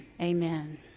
Amen